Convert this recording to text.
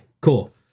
Cool